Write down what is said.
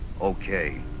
okay